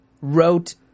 wrote